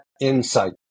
insight